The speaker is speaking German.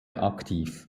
aktiv